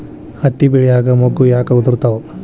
ಹತ್ತಿ ಬೆಳಿಯಾಗ ಮೊಗ್ಗು ಯಾಕ್ ಉದುರುತಾವ್?